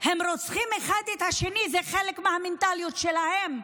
הם רוצחים אחד את השני, זה חלק מהמנטליות שלהם.